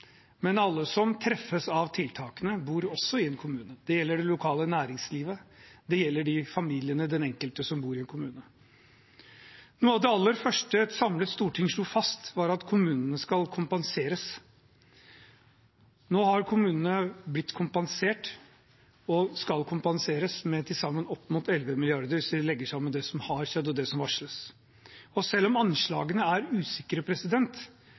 men alle som treffes av tiltakene, bor også i en kommune. Det gjelder det lokale næringslivet, det gjelder familiene og den enkelte som bor i en kommune. Noe av det aller første et samlet storting slo fast, var at kommunene skal kompenseres. Nå har kommunene blitt kompensert, og skal kompenseres, med til sammen opp mot 11 mrd. kr, hvis vi legger sammen det som har skjedd, og det som varsles. Selv om anslagene er usikre,